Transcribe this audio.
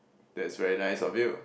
that's very nice of you